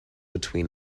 between